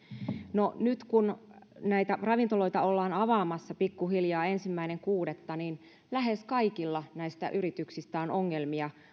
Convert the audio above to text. no nyt kun näitä ravintoloita ollaan avaamassa pikkuhiljaa ensimmäinen kuudetta lähes kaikilla näistä yrityksistä on ongelmia